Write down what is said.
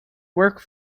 work